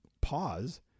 pause